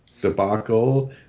debacle